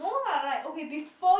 no lah like okay before